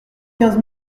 quinze